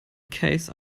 case